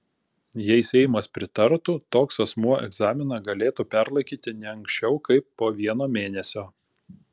jei seimas pritartų toks asmuo egzaminą galėtų perlaikyti ne anksčiau kaip po vieno mėnesio